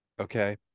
Okay